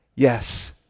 Yes